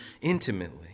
intimately